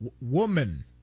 woman